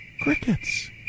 crickets